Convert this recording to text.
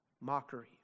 mockery